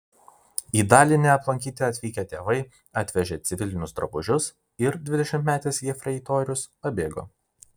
į dalinį aplankyti atvykę tėvai atvežė civilinius drabužius ir dvidešimtmetis jefreitorius pabėgo